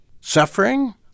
suffering